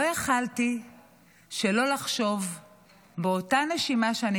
לא יכולתי שלא לחשוב באותה נשימה שאני